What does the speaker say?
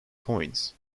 points